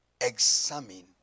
examine